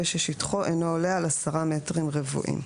וששטחו אינו עולה על עשרה מטרים רבועים.